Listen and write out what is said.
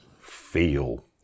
feel